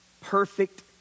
perfect